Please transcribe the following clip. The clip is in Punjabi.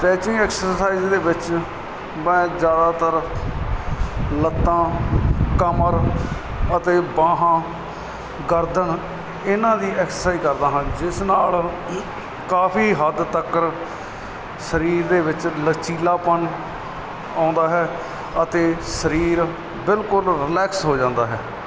ਸਟਰੈਚਿੰਗ ਅਕਸਜਸਾਇਜ ਦੇ ਵਿਚ ਮੈ ਜ਼ਿਆਦਾਤਰ ਲੱਤਾਂ ਕਮਰ ਅਤੇ ਬਾਹਾਂ ਗਰਦਨ ਇਹਨਾਂ ਦੀ ਐਕਸਰਸਾਈਜ਼ ਕਰਦਾ ਹਾਂ ਜਿਸ ਨਾਲ ਕਾਫੀ ਹੱਦ ਤੱਕਰ ਸਰੀਰ ਦੇ ਵਿੱਚ ਲਚੀਲਾਪਣ ਆਉਂਦਾ ਹੈ ਅਤੇ ਸਰੀਰ ਬਿਲਕੁਲ ਰਿਲੈਕਸ ਹੋ ਜਾਂਦਾ ਹੈ